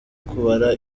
kubara